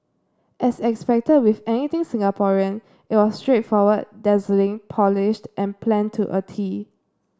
as expected with anything Singaporean it was straightforward dazzling polished and planned to a tee